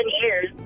years